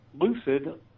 lucid